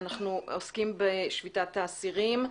אנחנו עוסקים בשביתת האסירים.